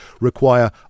require